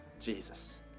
Jesus